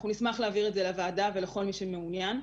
אנחנו נשמח להעביר את זה לוועדה ולכל מי שמעוניין.